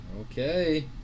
Okay